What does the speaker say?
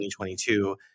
2022